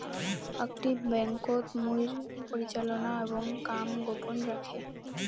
আকটি ব্যাংকোত মুইর পরিচালনা এবং কাম গোপন রাখে